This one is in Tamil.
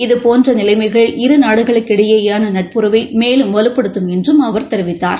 இதபோன்றநிலைமைகள் இரு நாடுகளுக்கிடையேயானநட்புறவை மேலும் வலுப்படுத்தும் என்றும் அவா தெரிவித்தார்